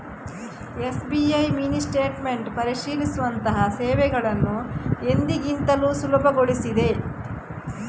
SBI mini statement ಪರಿಶೀಲಿಸುವಂತಹ ಸೇವೆಗಳನ್ನು ಎಂದಿಗಿಂತಲೂ ಸುಲಭಗೊಳಿಸಿದೆ